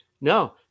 No